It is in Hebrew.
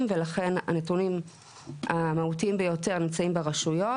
ולכן הנתונים המהותיים ביותר נמצאים ברשויות,